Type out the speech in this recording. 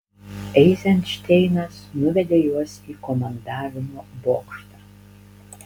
eizenšteinas nuvedė juos į komandavimo bokštą